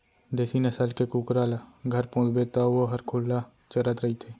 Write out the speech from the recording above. देसी नसल के कुकरा ल घर पोसबे तौ वोहर खुल्ला चरत रइथे